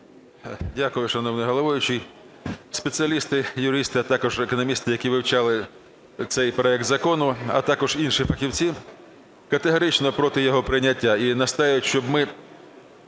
Дякую, шановний головуючий. Спеціалісти юристи, а також економісти, які вивчали цей проект закону, а також інші фахівці категорично проти його прийняття і настоюють, щоб ми